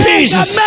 Jesus